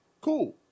Cool